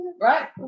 Right